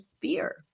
fear